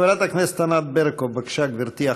חברת הכנסת ענת ברקו, בבקשה, גברתי.